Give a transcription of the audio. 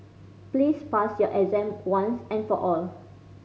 please pass your exam once and for all